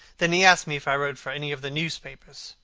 then he asked me if i wrote for any of the newspapers.